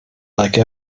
like